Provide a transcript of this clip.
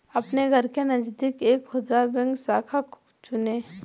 अपने घर के नजदीक एक खुदरा बैंक शाखा चुनें